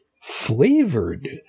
flavored